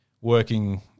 working